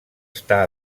està